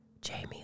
Jamie